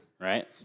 Right